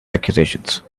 accusations